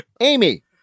Amy